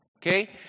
Okay